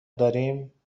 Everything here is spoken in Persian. داریم